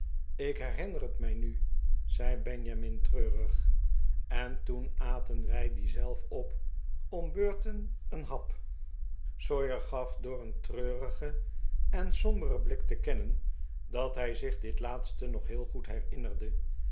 ik herinner het mij nu zei benjamin treurig en toen aten wij dien zelf op om beurten een hap sawyer gaf door een treurigen en somberen blik te kennen dat hij zich dit laatste nog heel goed herihnerde